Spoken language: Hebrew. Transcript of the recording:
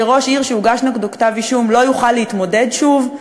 שראש עיר שהוגש נגדו כתב אישום לא יוכל להתמודד שוב,